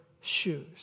shoes